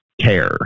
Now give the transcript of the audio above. care